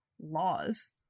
laws